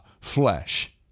flesh